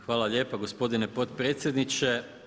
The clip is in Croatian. Hvala lijepa gospodin potpredsjedniče.